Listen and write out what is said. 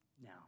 Now